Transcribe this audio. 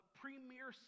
premier